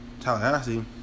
Tallahassee